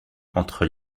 entre